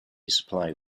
supply